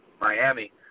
Miami